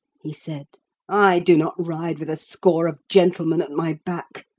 he said i do not ride with a score of gentlemen at my back.